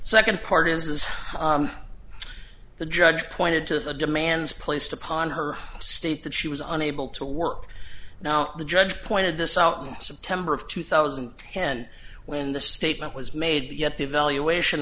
second part is the judge pointed to the demands placed upon her state that she was unable to work now the judge pointed this out in september of two thousand and ten when the statement was made yet the evaluation